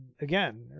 again